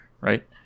Right